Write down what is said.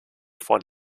von